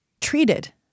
treated